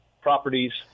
properties